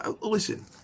Listen